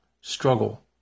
struggle